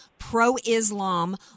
pro-Islam